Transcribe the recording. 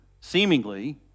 seemingly